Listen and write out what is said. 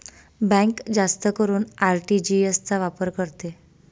bank जास्त करून RTGS चा वापर करते